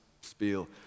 spiel